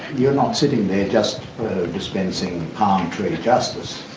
you're not sitting there just dispensing palm-tree justice,